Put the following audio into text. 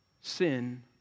sin